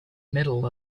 middle